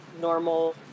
normal